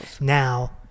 Now